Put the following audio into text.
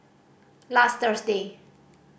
last Thursday